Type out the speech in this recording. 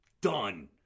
Done